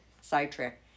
sidetrack